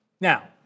Now